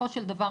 בסופו של דבר,